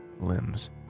limbs